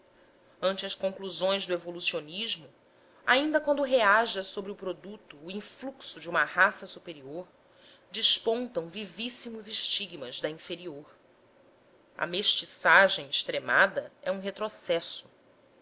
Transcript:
ante as conclusões do evolucionismo ainda quando reaja sobre o produto o influxo de uma raça superior despontam vivíssimos estigmas da inferior a mestiçagem extremada é um retrocesso